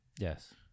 Yes